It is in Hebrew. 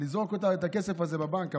מלזרוק את הכסף בבנק,